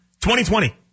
2020